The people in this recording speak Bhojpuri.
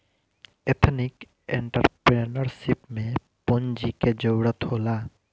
एथनिक एंटरप्रेन्योरशिप में पूंजी के जरूरत होला